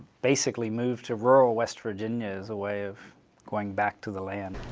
basically moved to rural west virginia as a way of going back to the land.